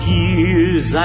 years